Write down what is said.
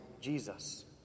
Jesus